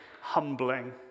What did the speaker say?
humbling